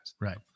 right